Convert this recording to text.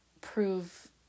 prove